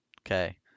okay